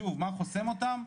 שוב מה חוסם אותם?